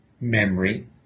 memory